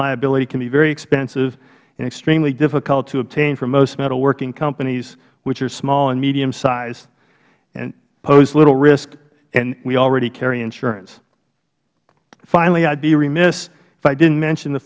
liability can be very expensive and extremely difficult to obtain for most metalworking companies which are small and mediumsize and pose little risk and we also carry insurance finally i would be remiss if i didn't mention the